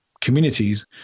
communities